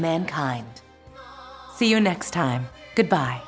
mankind see you next time good bye